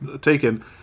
taken